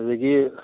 ꯑꯗꯒꯤ